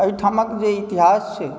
एहिठामके जे इतिहास छै